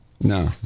No